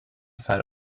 fall